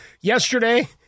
Yesterday